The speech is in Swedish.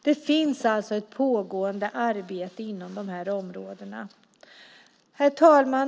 Det finns alltså ett pågående arbete inom de här områdena. Herr talman!